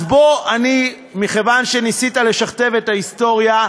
אז מכיוון שניסית לשכתב את ההיסטוריה,